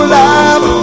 love